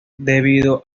debido